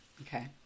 okay